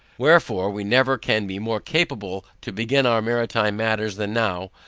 wherefore, we never can be more capable to begin on maritime matters than now,